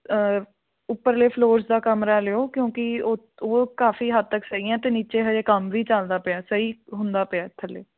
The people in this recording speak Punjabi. ਉੱਪਰਲੇ ਫਲੋਰ ਦਾ ਕਮਰਾ ਲਿਓ ਕਿਉਂਕਿ ਉ ਉਹ ਕਾਫੀ ਹੱਦ ਤੱਕ ਸਹੀ ਆ ਅਤੇ ਨੀਚੇ ਅਜੇ ਕੰਮ ਵੀ ਚੱਲਦਾ ਪਿਆ ਸਹੀ ਹੁੰਦਾ ਪਿਆ ਥੱਲੇ